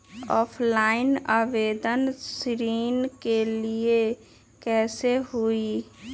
Online आवेदन ऋन के लिए कैसे हुई?